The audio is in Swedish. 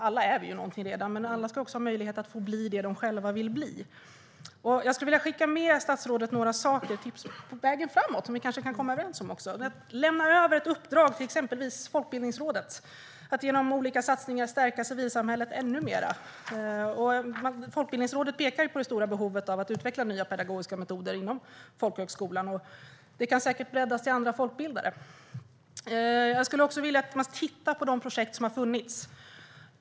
Alla är vi ju någonting redan, men alla ska också ha möjlighet att få bli det som de själva vill bli. Jag skulle vilja skicka med statsrådet några saker på vägen framåt och som vi kanske kan komma överens om, nämligen att lämna över ett uppdrag till exempelvis Folkbildningsrådet att genom olika satsningar stärka civilsamhället ännu mer. Folkbildningsrådet pekar ju på det stora behovet av att utveckla nya pedagogiska metoder inom folkhögskolan, och det kan säkert breddas till andra folkbildare. Jag skulle också vilja att man tittar på de projekt som har funnits.